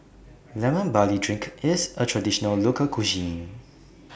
Lemon Barley Drink IS A Traditional Local Cuisine